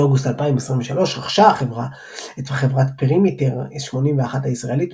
באוגוסט 2023 רכשה החברה את חברת פרימיטר 81 הישראלית,